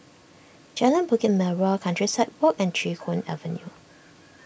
Jalan Bukit Merah Countryside Walk and Chee Hoon Avenue